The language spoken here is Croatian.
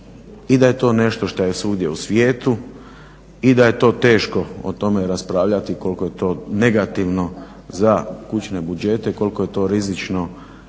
i da je to nešto što je svugdje u svijetu i da je to teško o tome raspravljati koliko je to negativno za kućne budžete, koliko je to rizično,